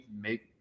make